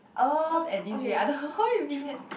cause at this rate I don't know if we can